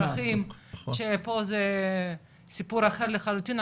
שפה זה סיפור אחר לחלוטין,